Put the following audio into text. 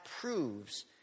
proves